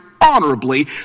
Honorably